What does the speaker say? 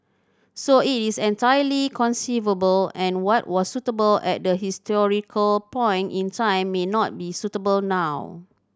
so it is entirely conceivable and what was suitable at the historical point in time may not be suitable now